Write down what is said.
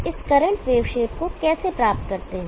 तो हम इस करंट वेव शेप को कैसे प्राप्त करते हैं